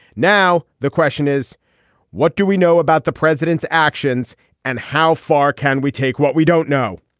now the question is what do we know about the president's actions and how far can we take what we don't know.